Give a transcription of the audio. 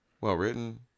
well-written